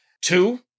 Two